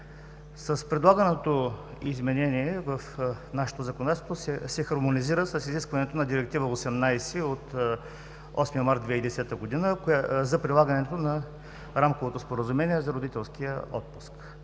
С предлаганото изменение, нашето законодателство се хармонизира с изискването на Директива 18 от 8 март 2010 г. за прилагането на Рамковото споразумение за родителския отпуск